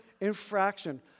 infraction